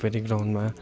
फेरि ग्राउन्डमा